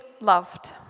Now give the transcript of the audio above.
loved